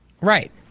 Right